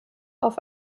auf